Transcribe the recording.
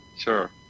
sure